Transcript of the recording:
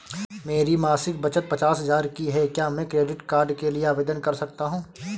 मेरी मासिक बचत पचास हजार की है क्या मैं क्रेडिट कार्ड के लिए आवेदन कर सकता हूँ?